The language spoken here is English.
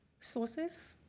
sources,